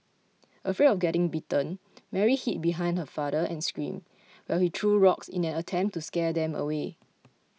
afraid of getting bitten Mary hid behind her father and screamed while he threw rocks in an attempt to scare them away